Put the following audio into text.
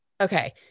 Okay